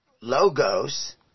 Logos